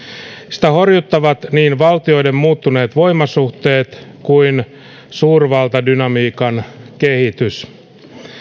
sitä horjuttavat niin valtioiden muuttuneet voimasuhteet kuin suurvaltadynamiikan kehitys